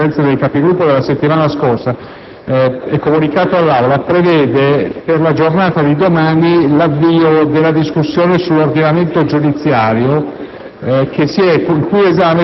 deliberato dalla Conferenza dei Capigruppo la settimana scorsa e comunicato all'Assemblea, prevede per la giornata di domani l'avvio della discussione del provvedimento sull'ordinamento giudiziario,